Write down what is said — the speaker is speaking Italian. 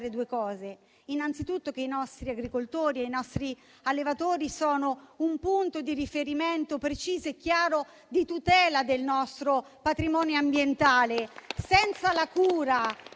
due cose: innanzitutto, i nostri agricoltori e allevatori sono un punto di riferimento preciso e chiaro di tutela del nostro patrimonio ambientale.